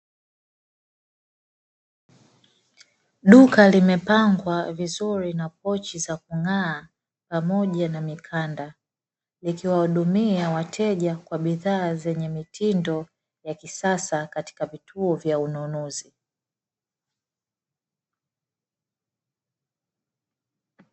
Duka limepangwa vizuri na pochi za kung'aa pamoja na mikanda, likiwahudumia wateja kwa bidhaa zenye mitindo ya kisasa katika vituo vya ununuzi.